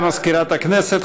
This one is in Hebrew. תודה למזכירת הכנסת.